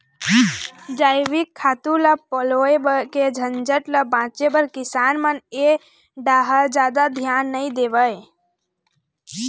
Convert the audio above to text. जइविक खातू ल पलोए के झंझट ल बाचे बर किसान मन ए डाहर जादा धियान नइ देवय